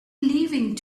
leaving